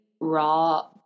raw